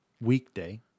weekday